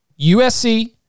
USC